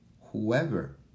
whoever